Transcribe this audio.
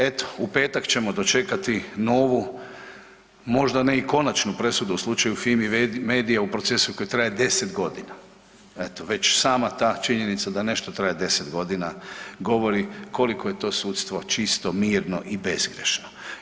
Eto u petak ćemo dočekati novu, možda ne i konačnu, presudu u slučaju Fimi medija u procesu koji traje 10.g. Eto, već sama ta činjenica da nešto traje 10.g. govori koliko je to sudstvo čisto, mirno i bezgrešno.